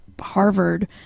Harvard